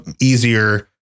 easier